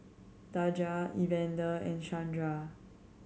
Daja Evander and Shandra